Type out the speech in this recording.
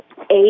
eight